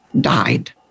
died